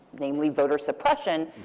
namely voter suppression,